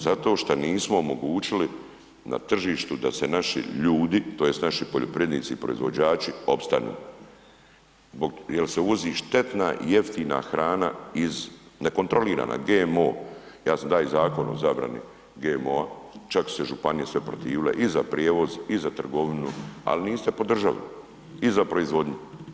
Zato šta nismo omogućili na tržištu da se naši ljudi tj. naši poljoprivrednici i proizvođači opstanu jel se uvozi štetna i jeftina hrana iz, nekontrolirana GMO, ja sam da i Zakon o zabrani GMO-a, čak su se i županije sve protivile, i za prijevoz, i za trgovinu, al niste podržali, i za proizvodnju.